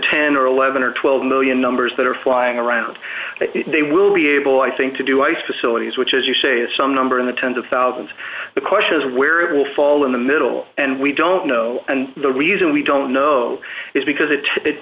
ten or eleven or twelve million numbers that are flying around they will be able i think to do ice facilities which as you say is some number in the s of thousands the question is where it will fall in the middle and we don't know and the reason we don't know is because it it